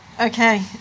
Okay